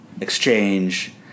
exchange